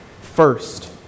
First